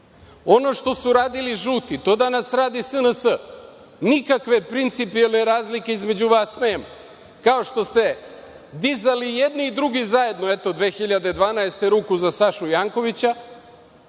što su radili žuti, to danas radi SNS, nikakve principijelne razlike između vas nema. Kao što ste dizali i jedni i drugi zajedno, eto, 2012. godine, ruku za Sašu Jankovića,